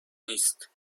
نیست